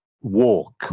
walk